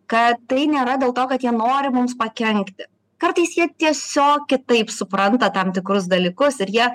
kad tai nėra dėl to kad jie nori mums pakenkti kartais jie tiesiog kitaip supranta tam tikrus dalykus ir jie